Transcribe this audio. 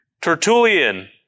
Tertullian